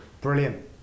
Brilliant